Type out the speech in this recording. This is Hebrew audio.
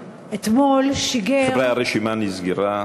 חברי, הרשימה נסגרה,